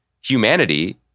humanity